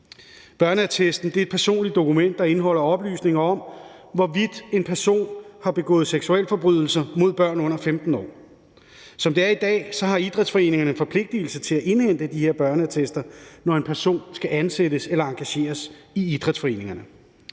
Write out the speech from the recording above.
Børneattesten er et personligt dokument, der indeholder oplysninger om, hvorvidt en person har begået seksualforbrydelser mod børn under 15 år. Som det er i dag, har idrætsforeningerne forpligtigelse til at indhente de her børneattester, når en person skal ansættes eller engageres i idrætsforeningerne.